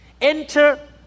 Enter